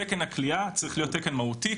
תקן הכליאה צריך להיות תקן מהותי,